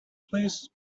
please